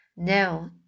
No